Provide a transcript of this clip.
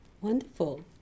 Wonderful